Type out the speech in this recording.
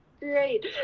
Great